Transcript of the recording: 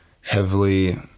heavily